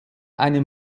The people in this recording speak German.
eine